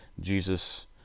jesus